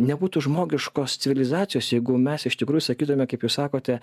nebūtų žmogiškos civilizacijos jeigu mes iš tikrųjų sakytume kaip jūs sakote